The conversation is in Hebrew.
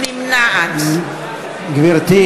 נמנע גברתי,